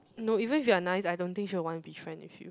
no even if you are nice I don't think she'll want to be friends with you